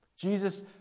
Jesus